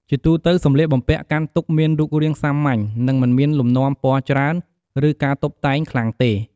ជាទូទៅ សម្លៀកបំពាក់កាន់ទុក្ខមានរូបរាងសាមញ្ញ និងមិនមានលំនាំពណ៌ច្រើន ឬការតុបតែងខ្លាំងទេ។